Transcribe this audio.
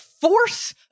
force